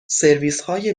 سرویسهای